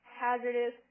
hazardous